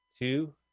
two